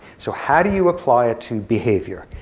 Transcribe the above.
so how do you apply it to behavior?